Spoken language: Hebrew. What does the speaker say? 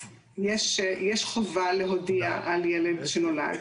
יש חובה להודיע על ילד שנולד.